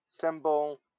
symbol